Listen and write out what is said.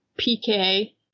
PK